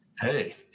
Hey